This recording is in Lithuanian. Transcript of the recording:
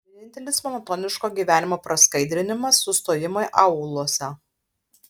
vienintelis monotoniško gyvenimo praskaidrinimas sustojimai aūluose